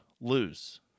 lose